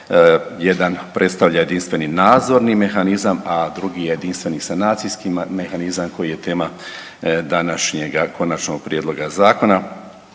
Jedan predstavlja jedinstveni nadzorni mehanizam, a drugi jedinstveni sanacijski mehanizam koji je tema današnjega konačnog prijedloga zakona.